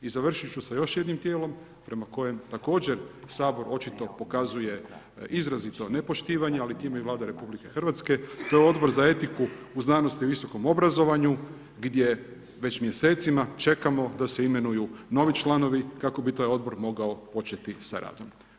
I završit ću sa još jednim tijelom prema kojem također Sabor očito pokazuje izrazito nepoštovanje ali time i Vlada RH, to je Odbor za etiku u znanosti i visokom obrazovanju gdje već mjesecima čekamo da se imenuju novi članovi kako bi taj odbor mogao početi sa radom.